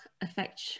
affect